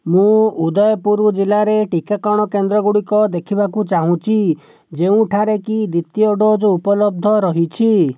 ମୁଁ ଉଦୟପୁର ଜିଲ୍ଲାରେ ଟିକାକରଣ କେନ୍ଦ୍ର ଗୁଡ଼ିକ ଦେଖିବାକୁ ଚାହୁଁଛି ଯେଉଁଠାରେ କି ଦ୍ୱିତୀୟ ଡୋଜ୍ ଉପଲବ୍ଧ ରହିଛି